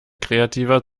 kreativer